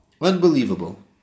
Unbelievable